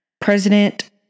President